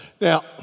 Now